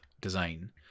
design